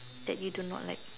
that you do not like